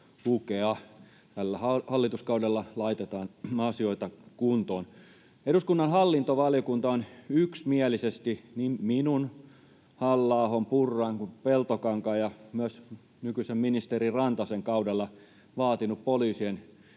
lukea. Tällä hallituskaudella laitetaan asioita kuntoon. Eduskunnan hallintovaliokunta on yksimielisesti niin minun, Halla-ahon, Purran kuin Peltokankaan ja myös nykyisen ministeri Rantasen kaudella vaatinut poliisien